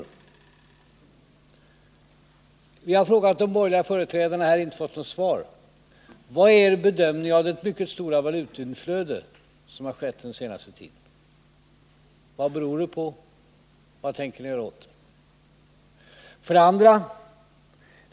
Utan att ha fått svar har vi frågat företrädarna för den borgerliga regeringen: Vilken är er bedömning beträffande det mycket stora valutautflöde som har skett under den senaste tiden? Vad beror det på, och vad tänker ni göra åt det?